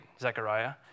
Zechariah